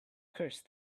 curse